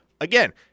again